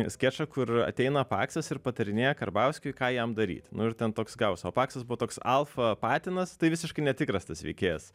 skečą kur ateina paksas ir patarinėja karbauskiui ką jam daryti nu ir ten toks gavosi o paksas buvo toks alfa patinas tai visiškai netikras tas veikėjas